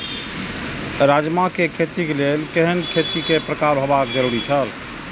राजमा के खेती के लेल केहेन खेत केय प्रकार होबाक जरुरी छल?